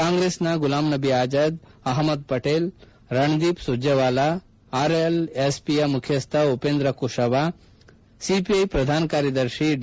ಕಾಂಗ್ರೆಸ್ನ Ghulam Nabi Azad Ahmed Patel Randeep Surjewala RL ST ಮುಖ್ಯಸ್ಟ Upendra Kushwaha CPI ಪ್ರಧಾನ ಕಾರ್ಯದರ್ಶಿ ಡಿ